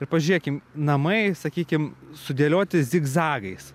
ir pažiūrėkim namai sakykim sudėlioti zigzagais